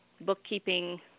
bookkeeping